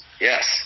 yes